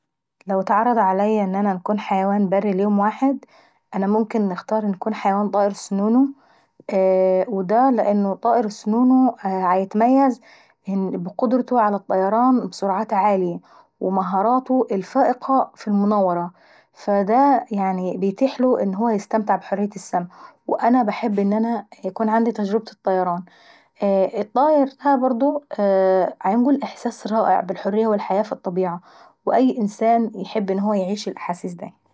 لو اتعرض عليا ان نكون حياون بري في يوم واحد؟ أنا ممكن نختار اني نكون طائر السنونو، ودا لان طائر السنونو بيتميز بقدرته على الطيران بسرعات عاليي ومهاراته الفائقة في المناورة فدا بيتيحيله انه هو يستمتع بحرية السما. وانا باحب يكون عندي تجربة الطيران، الطائر دا برضه بينقل برضه احساس رائع بالحرية والحياة في الطبيعة. وأي انسان بيحب يعيش الاحاسيس داي.